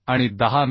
आणि 10 मि